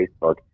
Facebook